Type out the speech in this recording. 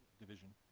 division,